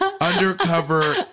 undercover